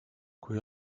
kui